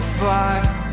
fire